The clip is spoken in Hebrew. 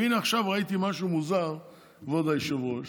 והינה, עכשיו ראיתי משהו מוזר, כבוד היושב-ראש.